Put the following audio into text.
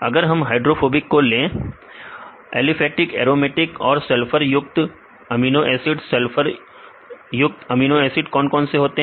अगर हम हाइड्रोफोबिक को ले एलिफेटिक एरोमेटिक और सल्फर युक्त अमीनो एसिड सल्फर युक्त अमीनो एसिड कौन कौन से हैं